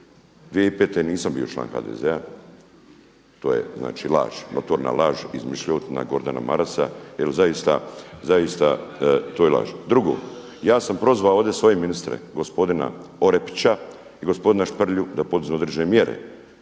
2005. nisam bio član HDZ-a, to je znači laž, notorna laž, izmišljotina Gordana Marasa jer zaista, to je laž. Drugo, ja sam prozvao ovdje svoje ministre, gospodina Orepića i gospodina Šprlju da poduzmu određene mjere